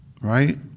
right